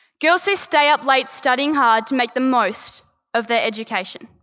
girls who stay up late studying hard to make the most of their education